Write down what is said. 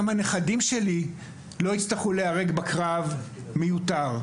הנכדים שלי לא יצטרכו להיהרג בקרב מיותר.